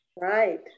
Right